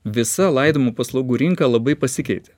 visa laidojimo paslaugų rinka labai pasikeitė